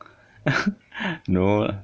no lah